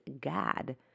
God